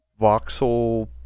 voxel